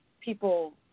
people